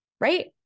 Right